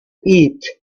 eat